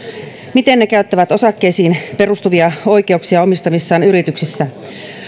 miten ne käyttävät osakkeisiin perustuvia oikeuksia omistamissaan yrityksissä